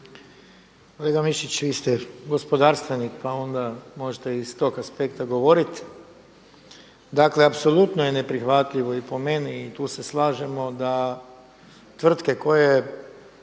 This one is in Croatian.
Kolega Mišić, vi ste gospodarstvenik pa onda možete i iz tog aspekta govoriti. Dakle apsolutno je neprihvatljivo i po meni i tu se slažemo da tvrtke koje